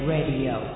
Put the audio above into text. Radio